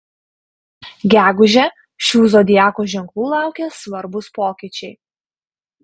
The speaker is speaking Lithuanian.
gegužę šių zodiako ženklų laukia svarbūs pokyčiai